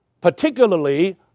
particularly